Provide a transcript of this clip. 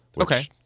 Okay